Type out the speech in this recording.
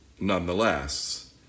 nonetheless